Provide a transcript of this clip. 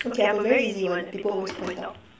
okay I've a very easy one people always point out